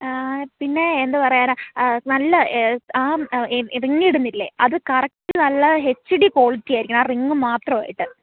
പിന്നെ എന്ത് പറയാനാണ് നല്ല ആ റിംഗ് ഇടുന്നില്ലേ അത് നല്ല കറക്റ്റ് നല്ല എച്ച് ഡി ക്വാളിറ്റി ആയിരിക്കണം ആ റിംഗ് മാത്രമായിട്ട്